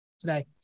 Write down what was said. today